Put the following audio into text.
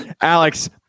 Alex